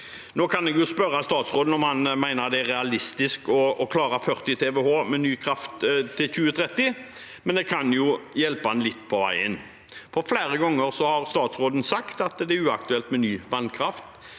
Jeg kunne spurt statsråden om han mener det er realistisk å klare 40 TWh med ny kraft til 2030, men jeg kan jo hjelpe ham litt på veien. Flere ganger har statsråden sagt at det er uaktuelt med ny vannkraft.